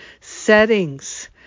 settings